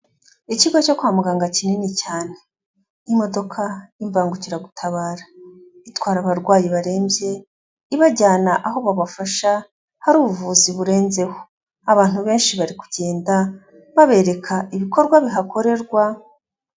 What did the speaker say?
Ikigo cyo kwa muganga kinini cyane. Imodoka y'imbangukiragutabara itwara abarwayi barembye ibajyana aho babafasha hari ubuvuzi burenzeho. Abantu benshi bari kugenda babereka ibikorwa bihakorerwa.